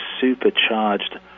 supercharged